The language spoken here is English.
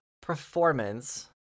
performance